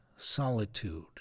Solitude